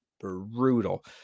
brutal